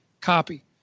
copy